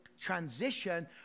transition